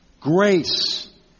grace